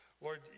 Lord